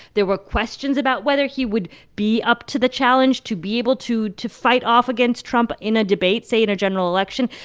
there were questions about whether he would be up to the challenge, to be able to to fight off against trump in a debate, say, in a general election.